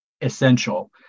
essential